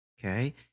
okay